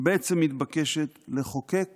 בעצם מתבקשת לחוקק